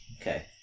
Okay